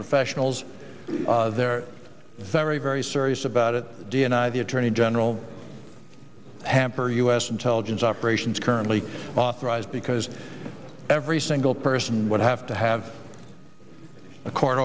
professionals they're very very serious about it d n i the attorney general hamper u s intelligence operations currently authorized because every single person would have to have a court